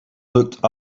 looked